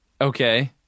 Okay